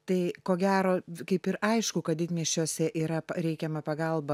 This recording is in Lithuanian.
tai ko gero kaip ir aišku kad didmiesčiuose yra reikiama pagalba